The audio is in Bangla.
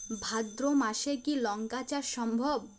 ভাদ্র মাসে কি লঙ্কা চাষ সম্ভব?